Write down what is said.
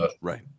Right